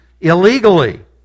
illegally